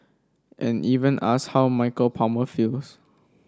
and even asked how Michael Palmer feels